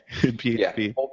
PHP